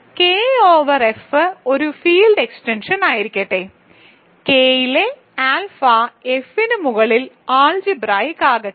K over F ഒരു field എക്സ്റ്റൻഷനായിരിക്കട്ടെ കെയിലെ ആൽഫ എഫ് ന് മുകളിൽ അൾജിബ്രായിക്ക് ആകട്ടെ